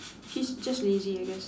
he's just lazy I guess